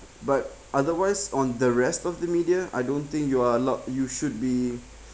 but otherwise on the rest of the media I don't think you are allowed you should be